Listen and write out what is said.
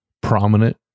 prominent